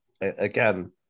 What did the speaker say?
again